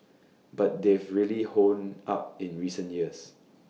but they've really honed up in recent years